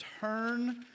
turn